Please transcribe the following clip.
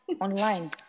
online